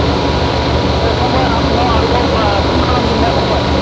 अ दे फंबाय आं उनाव आरोबाव फ'न खालामगोन दे फंबाय